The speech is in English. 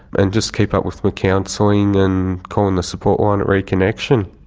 and just keep up with my counselling and calling the support line at reconnexion.